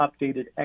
updated